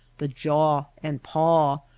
the jaw and paw,